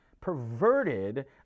perverted